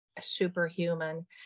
superhuman